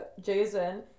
Jason